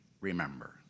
remember